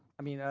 i mean,